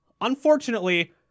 Unfortunately